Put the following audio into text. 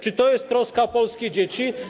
Czy to jest troska o polskie dzieci?